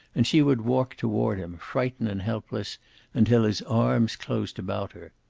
and she would walk toward him, frightened and helpless until his arms closed about her.